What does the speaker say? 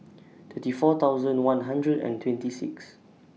twenty four thousand one hundred and twenty six